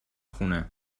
خونه